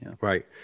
Right